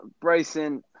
Bryson